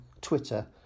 Twitter